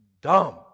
dumb